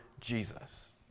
Jesus